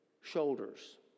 shoulders